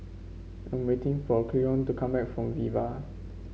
I'm waiting for Cleone to come back from Viva